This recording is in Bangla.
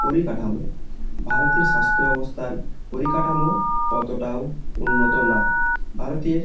পরিকাঠামো ভারতের স্বাস্থ্য ব্যবস্থার পরিকাঠামো অতটাও উন্নত না ভারতের